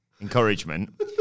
encouragement